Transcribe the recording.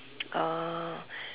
ah